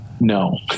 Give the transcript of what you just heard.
no